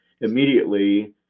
immediately